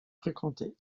fréquentés